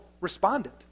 responded